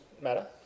matter